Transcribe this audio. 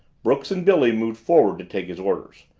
brooks and billy moved forward to take his orders,